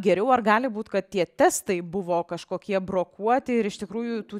geriau ar gali būt kad tie testai buvo kažkokie brokuoti ir iš tikrųjų tų